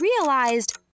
realized